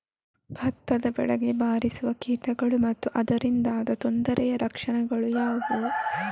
ಭತ್ತದ ಬೆಳೆಗೆ ಬಾರಿಸುವ ಕೀಟಗಳು ಮತ್ತು ಅದರಿಂದಾದ ತೊಂದರೆಯ ಲಕ್ಷಣಗಳು ಯಾವುವು?